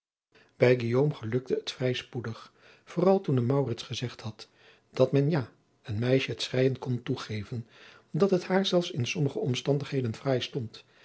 guillaume gelukte het vrij spoedig vooral toen hem maurits gezegd had dat men ja een meisje het schreijen kon toegeven dat het haar zelfs in sommige omstandigheden fraai stond